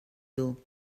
dur